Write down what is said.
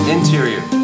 Interior